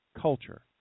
culture